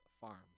Farms